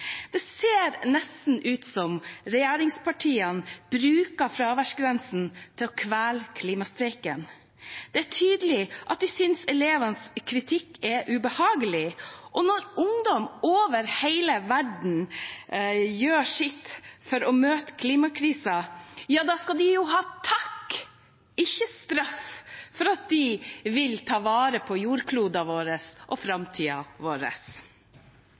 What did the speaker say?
Det ser nesten ut som om regjeringspartiene bruker fraværsgrensen til å kvele klimastreiken. Det er tydelig at de synes elevenes kritikk er ubehagelig. Når ungdom over hele verden gjør sitt for å møte klimakrisen, da skal de jo ha takk – ikke straff – for at de vil ta vare på jordkloden vår og